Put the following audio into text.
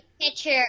picture